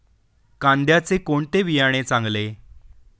कांद्याचे कोणते बियाणे चांगले?